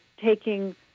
taking